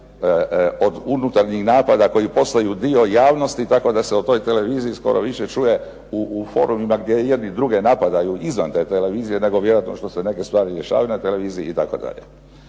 od unutarnjih napada koji postaju dio javnosti tako da se o toj televiziji skoro više čuje u forumima gdje jedni druge napadaju izvan te televizije nego vjerojatno što se neke stvari rješavaju na televiziji itd.